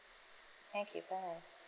thank you bye